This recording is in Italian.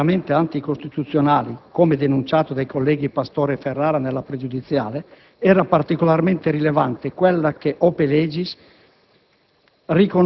chiaramente anticostituzionali, come denunciato dai colleghi Pastore e Ferrara nella pregiudiziale, era particolarmente rilevante quella che *ope legis*